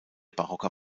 barocker